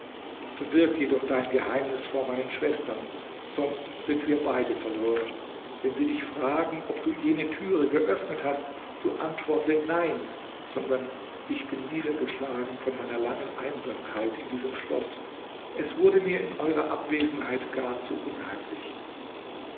verbirg jedoch dein geheimnis vor meinen schwestern sonst sind wir beide verloren wenn sie dich fragen ob du jene türe geöffnet hast so antworte nein sondern ich bin niedergeschlagen von meiner langen einsamkeit in diesem schloß es wurde mir in eurer abwesenheit gar zu unheimlich